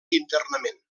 internament